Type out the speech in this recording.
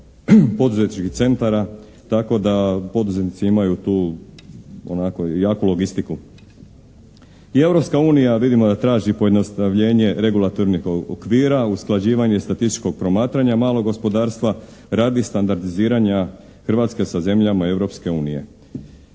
poduzetničkih centara tako da poduzetnici imaju tu onako jaku logistiku. I Europska unija vidimo da traži pojednostavljenje regulatornih okvira, usklađivanje statističkog promatranja malog gospodarstva radi standardiziranja Hrvatske sa zemljama